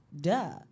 Duh